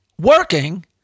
working